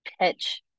pitch